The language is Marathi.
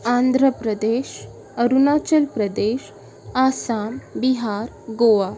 आंध्र प्रदेश अरुणाचल प्रदेश आसाम बिहार गोवा